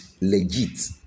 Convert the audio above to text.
legit